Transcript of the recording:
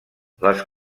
les